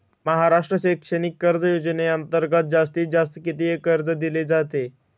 महाराष्ट्र शैक्षणिक कर्ज योजनेअंतर्गत जास्तीत जास्त किती कर्ज दिले जाते?